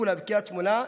עפולה וקריית שמונה,